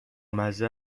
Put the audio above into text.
مزه